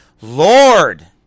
Lord